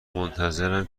منتظرم